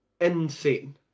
insane